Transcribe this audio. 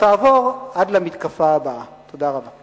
במתקפה העונתית